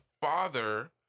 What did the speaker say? father